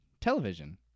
television